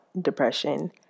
depression